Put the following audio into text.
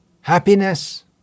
Happiness